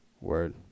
Word